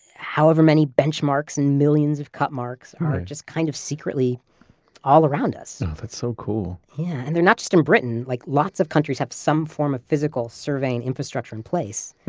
however many benchmarks and millions of cut marks are just kind of secretly all around us oh, that's so cool yeah. and they're not just in britain. like lots of countries have some form of physical surveying infrastructure in place.